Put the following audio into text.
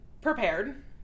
prepared